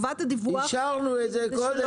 את המילה "בטיחותי" אישרנו את זה קודם.